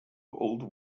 old